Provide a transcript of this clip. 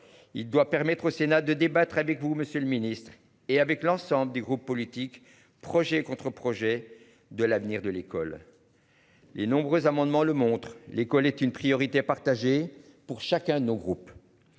Il doit permettre au Sénat de débattre avec vous Monsieur le Ministre et avec l'ensemble des groupes politiques, projet contre projet, de l'avenir de l'école. Les nombreux amendements le montre, l'école est une priorité partagée pour chacun de nos groupes.